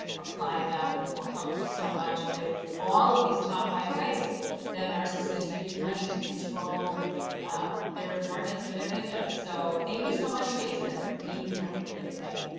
apply them. it will help you so much with all of these top five ways that narcissists use money to control their targets or their victims. so thank you so much, jason, for being here with me today.